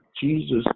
jesus